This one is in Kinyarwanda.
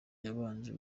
yabanje